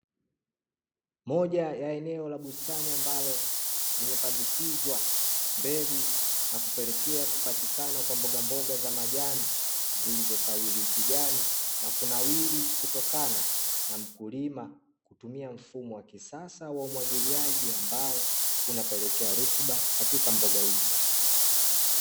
Moja ya eneo la bustani ambalo limepandikizwa mbegu na kupelekea kupatikana kwa mbogamboga za majani, zilizo sawili ukijani na kunawili kutokana na mkulima kutumia mfumo wa kisasa wa umwagiliaji, ambao unapekekea rutuba katika mboga hizo.